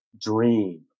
dream